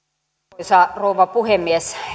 arvoisa rouva puhemies